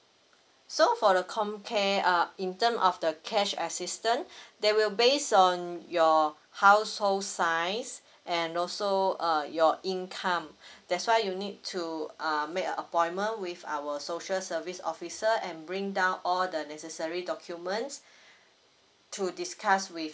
so for the compare err in terms of the cash assistance they will based on your household size and also err your income that's why you need to err make a appointment with our social service officer and bring down all the necessary documents to discuss with